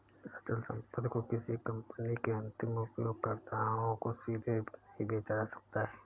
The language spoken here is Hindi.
अचल संपत्ति को किसी कंपनी के अंतिम उपयोगकर्ताओं को सीधे नहीं बेचा जा सकता है